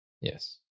Yes